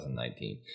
2019